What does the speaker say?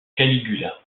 caligula